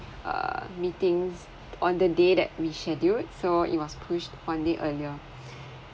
err meetings on the day that we schedule so it was pushed one day earlier